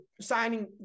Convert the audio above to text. signing –